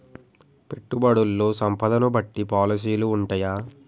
పెట్టుబడుల్లో సంపదను బట్టి పాలసీలు ఉంటయా?